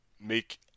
make